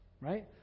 right